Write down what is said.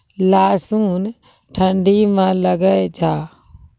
लहसुन ठंडी मे लगे जा?